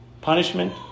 punishment